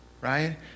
right